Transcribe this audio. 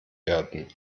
werden